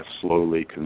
slowly